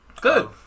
Good